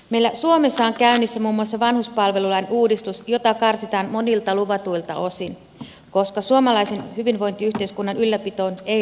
meillä suomessa on käynnissä muun muassa vanhuspalvelulain uudistus jota karsitaan monilta luvatuilta osin koska suomalaisen hyvinvointiyhteiskunnan ylläpitoon ei riitä rahaa